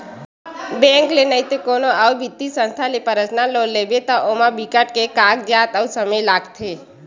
bank ले नइते कोनो अउ बित्तीय संस्था ले पर्सनल लोन लेबे त ओमा बिकट के कागजात अउ समे लागथे